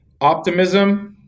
optimism